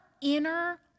inner